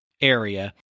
area